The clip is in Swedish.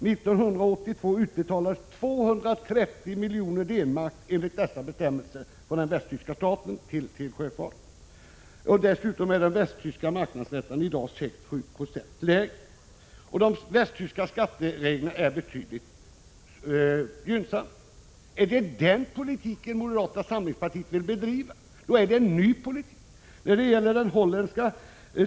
1982 utbetalades 230 miljoner D-mark enligt dessa bestämmelser från den västtyska staten till sjöfarten. Dessutom är den västtyska marknadsräntan i dag 6—7 96 lägre. De västtyska skattereglerna är dessutom betydligt gynnsammare än de svenska. Är det denna politik som moderata samlingspartiet vill bedriva? I så fall är det en ny politik.